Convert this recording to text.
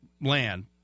land